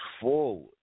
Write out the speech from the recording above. forward